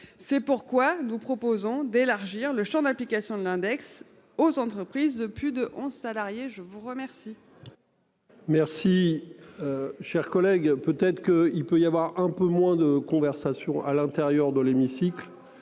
C'est pourquoi nous proposons d'élargir le Champ d'application de l'index aux entreprises de plus de 11 salariés. Je vous remercie. Merci. Cher collègue, peut être que il peut y avoir un peu moins de conversations à l'intérieur de l'hémicycle.